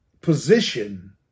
position